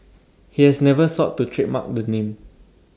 he has never sought to trademark the name